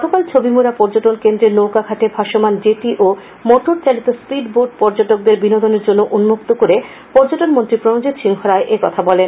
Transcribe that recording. গতকাল ছবিমুড়া পর্যটন কেন্দ্রে নৌকা ঘাটে ভাসমান জেটি ও মোটরচালিত স্পিড বোট পর্যটকদের বিনোদনের জন্য উন্মুক্ত করে পর্যটনমন্ত্রী প্রণজিৎ সিংহ রায় একথা বলেন